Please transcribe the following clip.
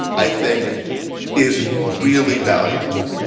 i think is really valuable.